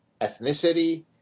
ethnicity